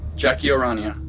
jacki o'rania,